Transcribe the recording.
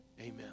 amen